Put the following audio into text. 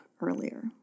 earlier